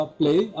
play